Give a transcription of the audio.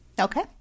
Okay